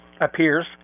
appears